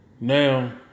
Now